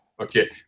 okay